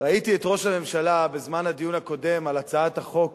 ראיתי את ראש הממשלה בזמן הדיון הקודם על הצעת החוק